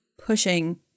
pushing